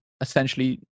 essentially